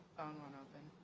won't open.